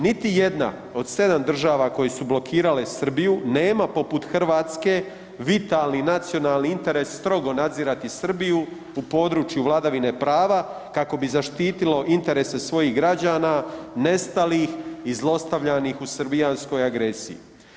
Niti jedna od 7 država koje su blokirale Srbiju, nema poput Hrvatske vitalni nacionalni interes strogo nadzirati Srbiju u području vladavine prava, kako bi zaštitilo interese svojih građana, nestalih i zlostavljanih u srbijanskoj agresiji.